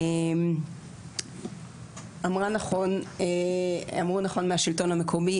אמרו נכון מהשלטון המקומי.